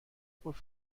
خوبه